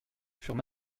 furent